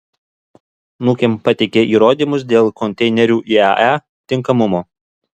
nukem pateikė įrodymus dėl konteinerių iae tinkamumo